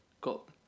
got